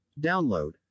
Download